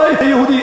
הבית היהודי,